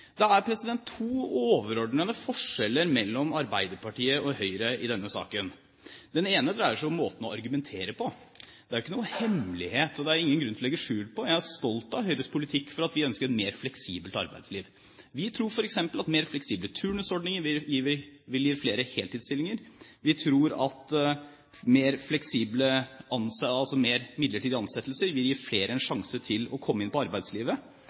Det er to overordnede forskjeller mellom Arbeiderpartiet og Høyre i denne saken. Den ene dreier seg om måten å argumentere på. Det er ikke noen hemmelighet, og det er ingen grunn til å legge skjul på, at jeg er stolt av Høyres politikk, for at vi ønsker et mer fleksibelt arbeidsliv. Vi tror f.eks. at mer fleksible turnusordninger vil gi flere heltidsstillinger. Vi tror at flere midlertidige ansettelser vil gi flere en sjanse til å komme seg inn i arbeidslivet,